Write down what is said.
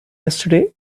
yesterday